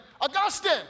Augustine